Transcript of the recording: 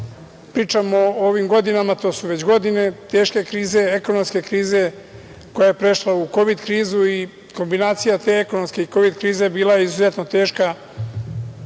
pričam i o ovim godinama, to su već godine teške krize, ekonomske krize koja je prešla u kovid krizu i kombinacija te ekonomske i kovid krize bila je izuzetno teška